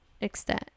extent